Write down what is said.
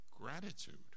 gratitude